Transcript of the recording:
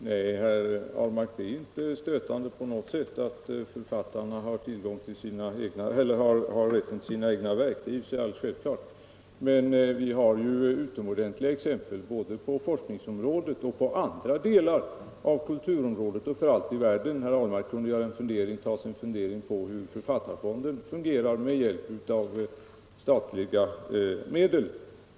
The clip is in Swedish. Herr talman! Nej, herr Ahlmark, det är inte stötande på något sätt att författarna har upphovsrätten till sina egna verk — det är i och för sig alldeles självklart. Men vi har utomordentliga exempel på både forsk ningsområdet och på andra delar av kulturområdet, och herr Ahlmark kunde ju ta sig en funderare på hur författarfonden fungerar med hjälp av statliga medel.